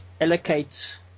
allocate